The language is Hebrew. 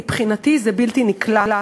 מבחינתי, זה בלתי נקלט.